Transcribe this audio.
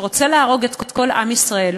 שרוצה להרוג את כל עם ישראל,